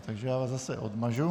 Takže já vás zase odmažu.